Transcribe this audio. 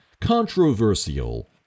controversial